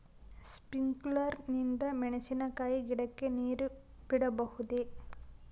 Sprinkler ನಿಂದ ಮೆಣಸಿನಕಾಯಿ ಗಿಡಕ್ಕೆ ನೇರು ಬಿಡಬಹುದೆ?